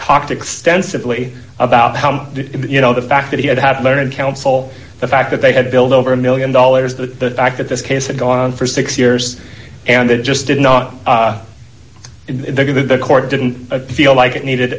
talked extensively about how you know the fact that he had had learned counsel the fact that they had billed over a one million dollars the fact that this case had gone on for six years and it just did not end there that the court didn't feel like it needed